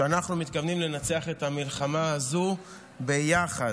אנחנו מתכוונים לנצח את המלחמה הזו ביחד.